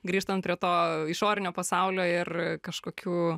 grįžtant prie to išorinio pasaulio ir kažkokių